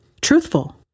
truthful